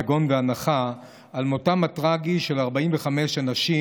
יגון ואנחה על מותם הטרגי של 45 אנשים